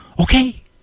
okay